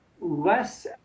less